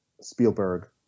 spielberg